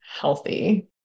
healthy